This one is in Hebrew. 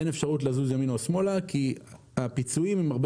ואין אפשרות לזוז ימינה או שמאלה כי הפיצויים הם הרבה